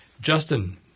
Justin